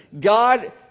God